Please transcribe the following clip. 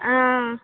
हां